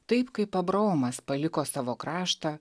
taip kaip abraomas paliko savo kraštą